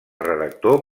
redactor